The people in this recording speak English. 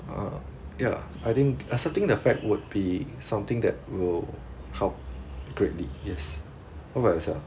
uh ya I think accepting the fact would be something that will help greatly yes what about yourself